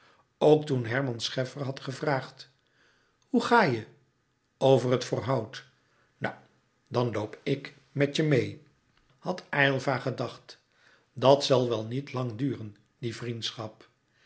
ook toen herman scheffer had gevraagd hoe ga je over het voorhout nou dan loop ik met je meê had aylva gedacht dat zal wel niet lang duren die vriendschap